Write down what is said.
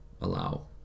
Allow